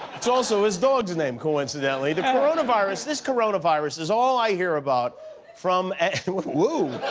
it's also his dog's name coincidentally. the coronavirus this coronavirus is all i hear about from whoo?